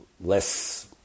less